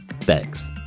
Thanks